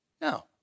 No